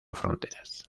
fronteras